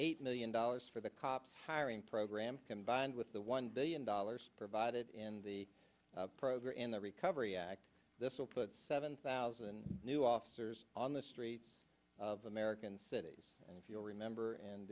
eight million dollars for the cops hiring program combined with the one billion dollars provided in the program the recovery act this will put seven thousand new officers on the streets of american cities and if you'll remember and